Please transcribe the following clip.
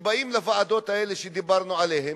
שבאים לוועדות האלה שדיברנו עליהן,